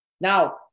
Now